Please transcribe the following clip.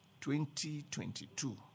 2022